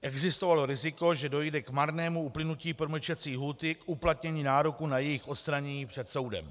Existovalo riziko, že dojde k marnému uplynutí promlčecí lhůty k uplatnění nároku na jejich odstranění před soudem.